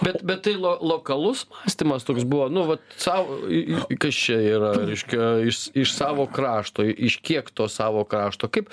bet bet tai lo lokalus mąstymas toks buvo nu vat sau i i kas čia yra reiškia iš iš savo krašto iš kiek to savo krašto kaip